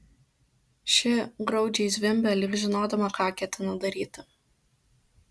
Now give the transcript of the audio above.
ši graudžiai zvimbė lyg žinodama ką ketinu daryti